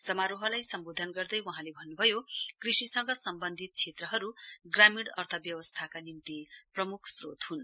समारोहलाई सम्वोधन गर्दै वहाँले भन्नुभयो कृषिसँग सम्बन्धित क्षेत्रहरु ग्रामीण अर्थव्यवस्याका निम्ति प्रमुख श्रोत हुन्